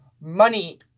money